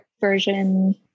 version